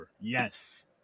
Yes